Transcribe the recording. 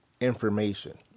information